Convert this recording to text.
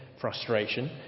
frustration